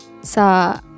sa